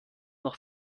noch